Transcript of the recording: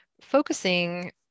focusing